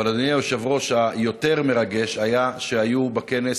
אבל אדוני היושב-ראש, היותר-מרגש היה שהיו בכנס